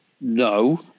No